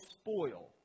spoil